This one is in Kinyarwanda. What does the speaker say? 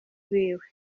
biwe